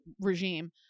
regime